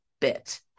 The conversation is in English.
bit